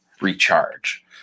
recharge